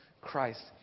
Christ